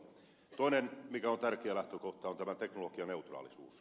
toinen mikä on tärkeä lähtökohta on tämä teknologianeutraalisuus